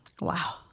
Wow